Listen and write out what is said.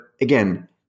again